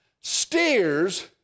steers